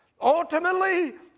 Ultimately